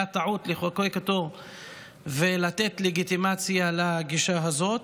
הייתה טעות לחוקק אותו ולתת לגיטימציה לגישה הזאת.